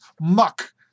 muck